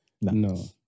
no